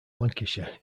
lancashire